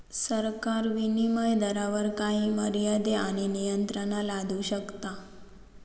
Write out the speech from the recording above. सरकार विनीमय दरावर काही मर्यादे आणि नियंत्रणा लादू शकता